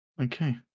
Okay